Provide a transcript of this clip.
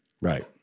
Right